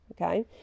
Okay